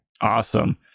Awesome